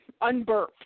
unburped